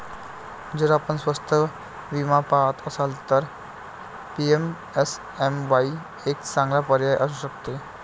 जर आपण स्वस्त विमा पहात असाल तर पी.एम.एस.एम.वाई एक चांगला पर्याय असू शकतो